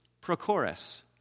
Prochorus